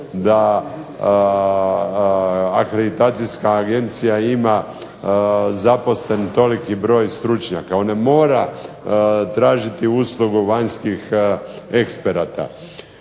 da Akreditacijska agencija ima zaposlen toliki broj stručnjaka. Ona mora tražiti uslugu vanjskih eksperata.